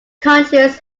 countries